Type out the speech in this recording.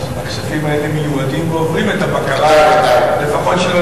אז הכספים האלה מיועדים ועוברים את הבקרה לפחות של,